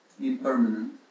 impermanent